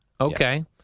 Okay